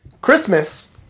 Christmas